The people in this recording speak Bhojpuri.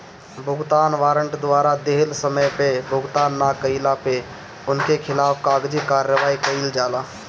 भुगतान वारंट द्वारा दिहल समय पअ भुगतान ना कइला पअ उनकी खिलाफ़ कागजी कार्यवाही कईल जाला